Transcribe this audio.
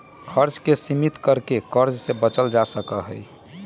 खर्च के सीमित कर के कर्ज से बचल जा सका हई